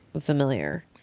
familiar